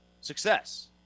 success